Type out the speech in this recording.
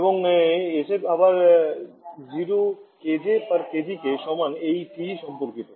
এবং এসএফ আবার 0 কেজে কেজি কে সমান একই টিই সম্পর্কিত